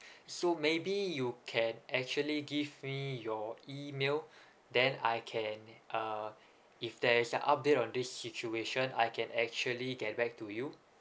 so maybe you can actually give me your email then I can uh if there's an update on this situation I can actually get back to you